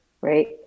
Right